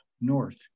north